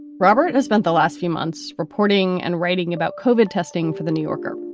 robert has spent the last few months reporting and writing about covert testing for the new yorker.